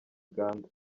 uganda